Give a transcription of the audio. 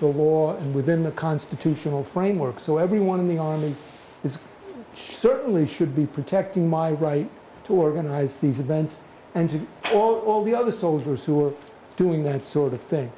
the law within the constitutional framework so everyone in the army is certainly should be protecting my right to organize these events and all the other soldiers who are doing that sort of thing